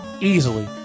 easily